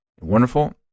wonderful